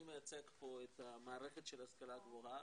אני מייצג פה את המערכת של ההשכלה הגבוהה,